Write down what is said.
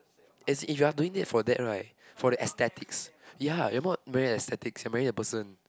as if you're doing it for that right for the ecstatics ya you're not marrying the ecstatics you're marrying the person